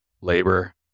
labor